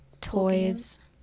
toys